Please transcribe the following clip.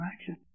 action